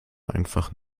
einfach